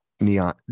Neon